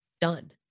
done